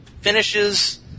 finishes